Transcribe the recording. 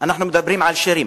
אנחנו מדברים על שירים,